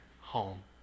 home